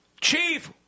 chief